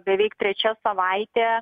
beveik trečią savaitę